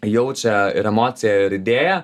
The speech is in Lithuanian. jaučia ir emociją ir idėją